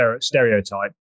stereotype